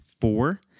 four